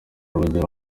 urugero